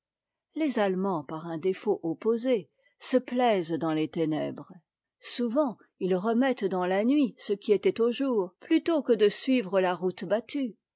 les allemands par un défaut opposé se plaisent dans les ténèbres souvent ils remettent dans la nuit ce qui était au jour plutôt que de suivre la route battue